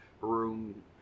room